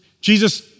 Jesus